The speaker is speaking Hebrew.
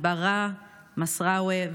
בראאה מסארווה,